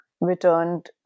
returned